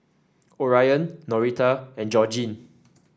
Orion Norita and Georgine